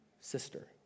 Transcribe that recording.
sister